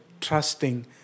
trusting